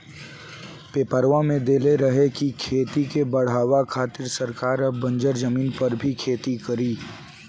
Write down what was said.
पेपरवा में देले रहे की खेती के बढ़ावे खातिर सरकार अब बंजर जमीन पर भी खेती करी